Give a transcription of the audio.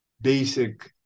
basic